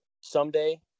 someday